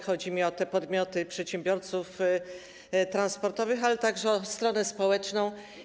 Chodzi mi o podmioty, przedsiębiorców transportowych, ale także o stronę społeczną.